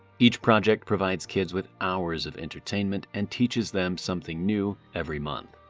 each project provides kids with hours of entertainment and teaches them something new every month.